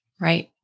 Right